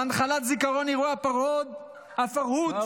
והנחלת זיכרון אירועי הפַרְהוּד לציבור,